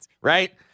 Right